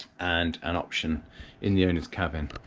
and an option in the owners cabin,